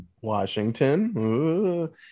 Washington